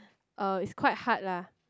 uh it's quite hard lah